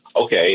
okay